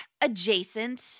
Adjacent